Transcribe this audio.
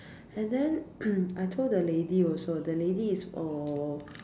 and then I told the lady also the lady is err